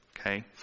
Okay